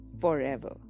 forever